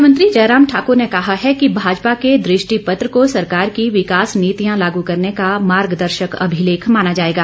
मुख्यमंत्री जयराम ठाक्र ने कहा है कि भाजपा के दृष्टि पत्र को सरकार की विकास नीतियां लागू करने का मार्गदर्शक अभिलेख माना जाएगा